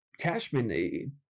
Cashman